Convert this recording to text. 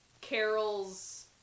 Carol's